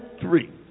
three